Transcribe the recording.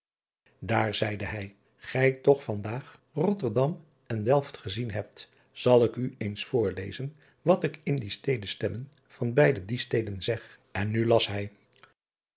aar zeide hij gij toch van daag otterdam en elft gezien hebt zal ik u eens voorlezen wat ik in die tede stemmen van beide die steden zeg en nu las hij